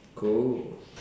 cool